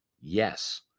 Yes